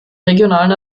regionalen